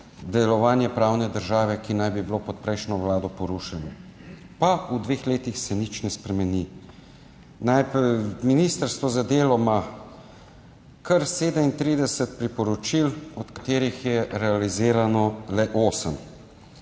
delovanje pravne države, ki naj bi bilo pod prejšnjo vlado porušeno. Pa se v dveh letih nič ne spremeni. Ministrstvo za delo ima kar 37 priporočil, od katerih je realiziranih le